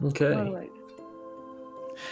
Okay